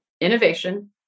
innovation